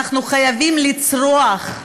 אנחנו חייבים לצרוח,